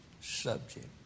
subject